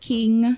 King